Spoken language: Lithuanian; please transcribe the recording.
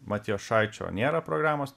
matijošaičio nėra programos